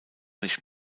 nicht